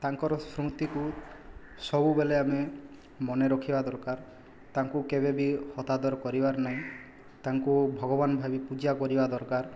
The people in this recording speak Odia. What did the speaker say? ତାଙ୍କର ସ୍ମୃତିକୁ ସବୁବେଲେ ଆମେ ମନେ ରଖିବା ଦରକାର ତାଙ୍କୁ କେବେ ବି ହତାଦର କରିବାର ନାହିଁ ତାଙ୍କୁ ଭଗବାନ ଭାବି ପୂଜା କରିବା ଦରକାର